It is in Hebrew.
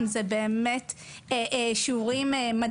היא לא כמו ההורים שלנו שבסוף היו להם